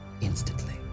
Instantly